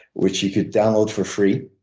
which you could download for free.